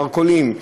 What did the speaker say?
מרכולים,